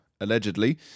allegedly